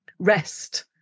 rest